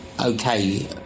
Okay